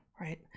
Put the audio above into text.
right